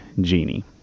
Genie